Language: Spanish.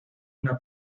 una